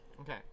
Okay